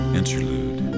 interlude